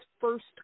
first